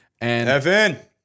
Evan